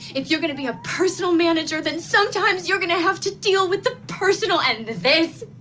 if you're going to be a personal manager, then sometimes you're going to have to deal with the personal. and this